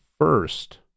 first